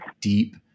deep